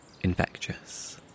Infectious